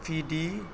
P D